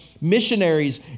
missionaries